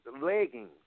leggings